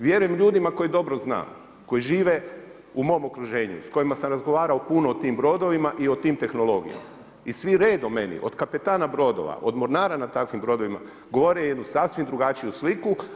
Vjerujem ljudima koje dobro znam koji žive u mom okruženju s kojima sam razgovarao puno o tim brodovima i o tim tehnologijama i svi redom meni od kapetana brodova, od mornara na takvim brodovima govore jednu sasvim drugačiju sliku.